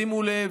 תשימו לב,